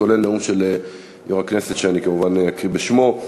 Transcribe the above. כולל נאום של יו"ר הכנסת שאני כמובן אקריא בשמו.